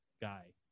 guy